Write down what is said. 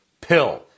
pill